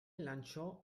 lanciò